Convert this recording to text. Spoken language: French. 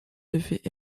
devait